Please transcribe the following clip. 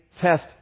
test